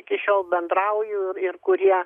iki šiol bendrauju ir kurie